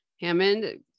Hammond